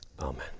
Amen